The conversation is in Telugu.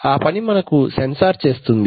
ఆ పని మనకు సెన్సార్ చేస్తుంది